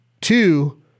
Two